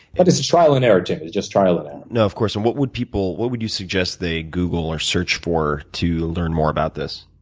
and it's and trial and error, tim. it's just trial and error. no, of course. and what would people what you suggest they google or search for to learn more about this?